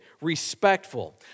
respectful